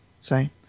say